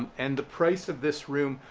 um and the price of this room,